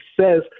says